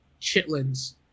chitlins